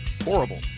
Horrible